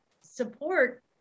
support